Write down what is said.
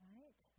Right